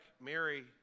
Mary